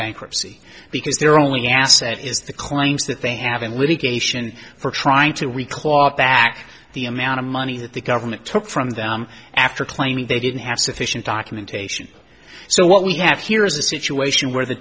bankruptcy because their only asset is the claims that they have in litigation for trying to we claw back the amount of money that the government took from them after claiming they didn't have sufficient documentation so what we have here is a situation where the